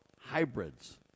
hybrids